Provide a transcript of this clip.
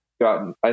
gotten